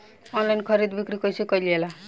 Online खरीद बिक्री कइसे कइल जाला?